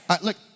Look